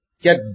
get